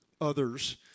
others